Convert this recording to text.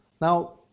Now